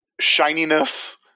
shininess